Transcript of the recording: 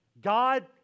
God